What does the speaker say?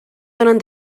donen